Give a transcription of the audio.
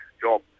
job